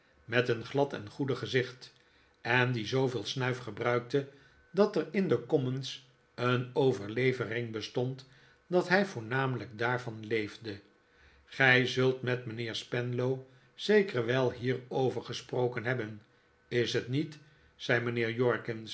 met een glad en goedig gezicht en die zooveel snuif gebruikte dat er in de commons een overlevering bestond dat hij voornamelijk daarvan leefde gij zult met mijnheer spenlow zeker wel hierover gesproken hebben is t niet zei mijnheer jorkins